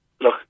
look